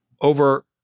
over